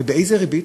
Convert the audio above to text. ובאיזו ריבית?